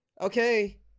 okay